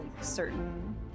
certain